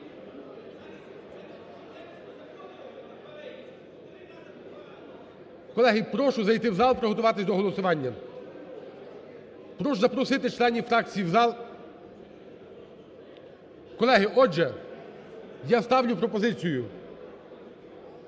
Колеги, прошу зайти в зал, приготуватися до голосування. Прошу запросити членів фракції в зал. Колеги, отже, я ставлю пропозицію,